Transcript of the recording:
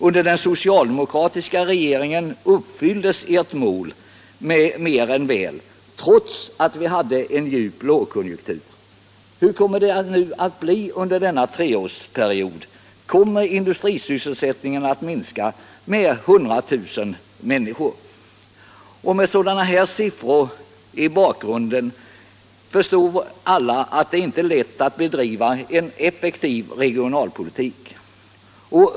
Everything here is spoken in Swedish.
Under den socialdemokratiska regeringens tid uppfylldes det målet mer än väl, trots att vi hade en djup lågkonjunktur. Hur kommer det nu att bli under denna treårsperiod? Kommer industrisysselsättningen att minska med 100 000 människor? Med sådana här siffror som bakgrund förstår alla att det inte är lätt att bedriva en effektiv regionalpolitik.